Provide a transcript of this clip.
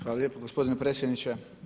Hvala lijepa gospodine predsjedniče.